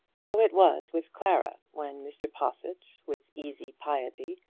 so it was with clara, when mr. possitt, with easy piety,